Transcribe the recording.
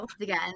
again